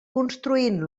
construint